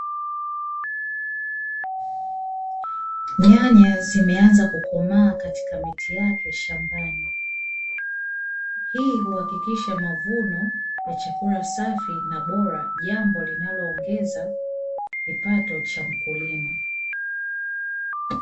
Nyanya zimeanza kukomaa katika miti yake shambani, hii huhakikisha mavuno na chakula safi na bora, jambo linaloongeza kipato cha mkulima.